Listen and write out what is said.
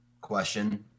question